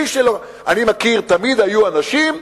תמיד היו אנשים,